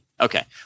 Okay